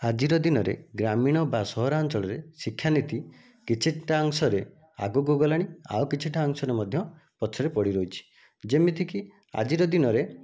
ଆଜିର ଦିନରେ ଗ୍ରାମୀଣ ବା ସହରାଞ୍ଚଳରେ ଶିକ୍ଷାନୀତି କିଛିଟା ଅଂଶରେ ଆଗକୁ ଗଲାଣି ଆଉ କିଛିଟା ଅଂଶରେ ମଧ୍ୟ ପଛରେ ପଡ଼ିରହିଛି ଯେମିତିକି ଆଜିର ଦିନରେ